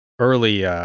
early